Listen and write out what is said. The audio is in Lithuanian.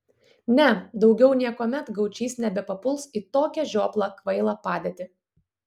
ne daugiau niekuomet gaučys nebepapuls į tokią žioplą kvailą padėtį